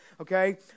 okay